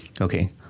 Okay